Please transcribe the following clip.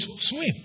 swim